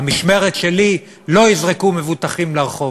במשמרת שלי לא יזרקו מבוטחים לרחוב,